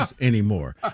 anymore